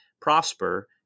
prosper